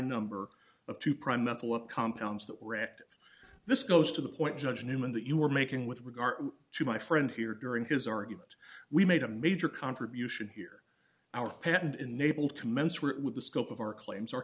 active this goes to the point judge newman that you were making with regard to my friend here during his argument we made a major contribution here our patent enabled commensurate with the scope of our claims